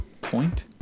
point